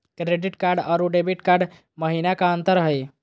Credit card अरू debit card महिना का अंतर हई?